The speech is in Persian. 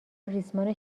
ریسمان